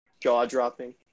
Jaw-dropping